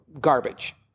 garbage